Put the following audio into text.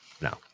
No